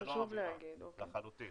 זו לא האמירה לחלוטין.